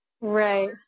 Right